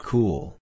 Cool